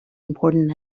important